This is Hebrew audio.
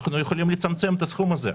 אנחנו יכולים לצמצם את הסכום הזה.